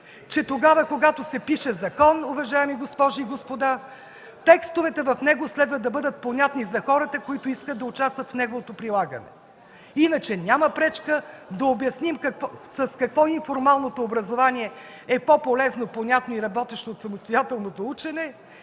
че тогава, когато се пише закон, уважаеми госпожи и господа, текстовете в него следва да бъдат понятни за хората, които искат да участват в неговото прилагане. Иначе, няма пречка да обясним с какво информалното образование е по-полезно за някой работещ от самостоятелното учене